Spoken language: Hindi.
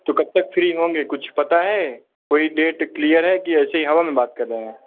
तो कब तक फ्री होंगे कुछ बताएँ कोई डेट क्लियर है कि ऐसे ही हवा में बात कर रहे हैं